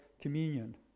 communion